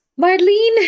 Marlene